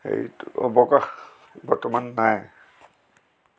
সেইটো অৱকাশ বৰ্তমান নাই